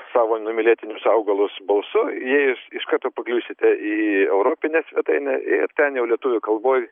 savo numylėtinius augalus balsu įėjus iš karto pakliūsite į europinę svetainę ten jau lietuvių kalboj